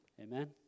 Amen